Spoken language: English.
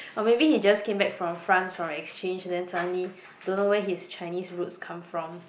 or maybe he just came back from France from exchange then suddenly don't know where his Chinese roots come from